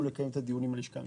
לקיים את הדיון עם הלשכה המשפטית.